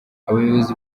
abayobozi